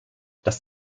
das